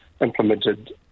implemented